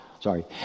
Sorry